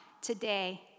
today